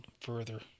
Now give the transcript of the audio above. further